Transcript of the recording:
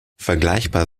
vergleichbar